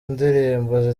indirimbo